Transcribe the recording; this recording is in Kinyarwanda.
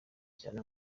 cyane